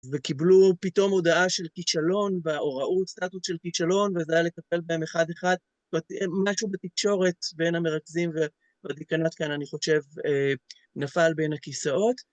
וקיבלו פתאום הודעה של כישלון, ו.. או ראו סטטוס של כישלון, וזה היה לטפל בהם אחד אחד, זאת אומרת, משהו בתקשורת בין המרכזים והדקנאט כאן, אני חושב, נפל בין הכיסאות.